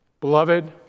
Beloved